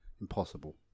impossible